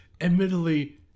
admittedly